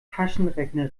taschenrechner